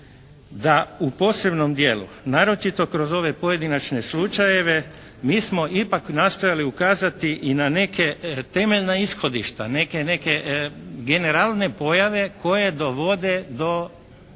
da u posebnom dijelu naročito kroz ove pojedinačne slučajeve mi smo ipak nastojali ukazati i na neke temeljna ishodišta, neke generalne pojave koje dovode do